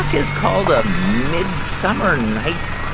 is called a midsummer night's